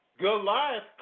Goliath